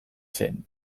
zen